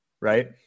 right